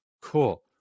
cool